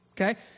Okay